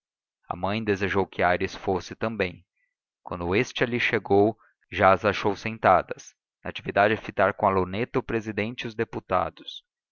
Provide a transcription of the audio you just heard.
a mãe desejou que aires fosse também quando este ali chegou já as achou sentadas natividade a fitar com a luneta o presidente